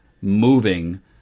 moving